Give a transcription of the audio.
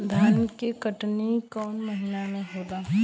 धान के कटनी कौन महीना में होला?